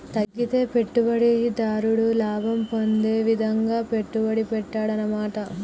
తగ్గితే పెట్టుబడిదారుడు లాభం పొందే విధంగా పెట్టుబడి పెట్టాడన్నమాట